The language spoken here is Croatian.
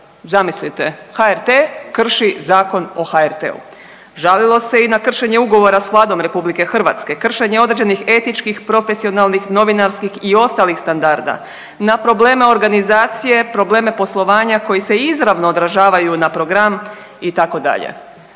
zamislite HRT krš Zakon o HRT-u žalilo se i na kršenje ugovora s Vladom RH, kršenje određenih etičkih profesionalnih novinarskih i ostalih standarda, na probleme organizacije, probleme poslovanja koji se izravno odražavaju na program itd..